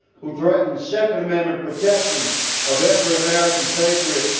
who threaten second amendment protections of every american patriot,